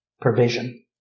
provision